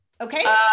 Okay